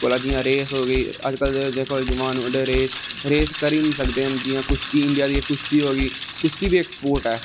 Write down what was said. जियां रेस होई गेई अजकल देक्खो जुआन मुडे़ रेस करी नेईं सकदे हैन जियां कुशती इंडियां दी कुश्ती हो गेई कुश्ती बी इक स्पोट ऐ